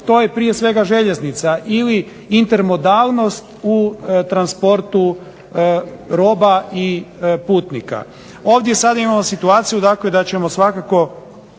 To je prije svega željeznica ili intermodalnost u transportu roba i putnika. Ovdje sada imamo situaciju dakle da ćemo svakako